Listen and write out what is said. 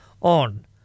on